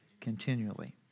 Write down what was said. Continually